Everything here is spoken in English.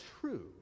true